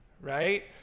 right